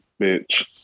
bitch